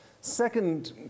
Second